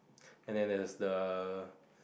and then there's the